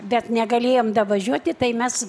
bet negalėjom važiuoti tai mes